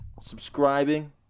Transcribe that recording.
subscribing